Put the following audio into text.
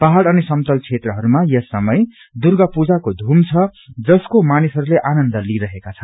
पहाउ़ अनि समतल क्षेत्रहरूमा यस समय दुर्गा पूजाको धूम छ जसको मानिसहरूले आनन्द लिइरहेका छन्